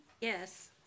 Yes